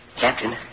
Captain